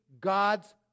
God's